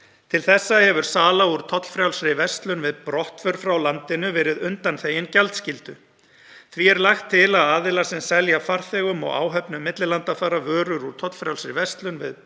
Til þessa hefur sala úr tollfrjálsri verslun við brottför frá landinu verið undanþegin gjaldskyldu. Því er lagt til að aðilar sem selja farþegum og áhöfnum millilandafara vörur úr tollfrjálsri verslun við brottför frá landinu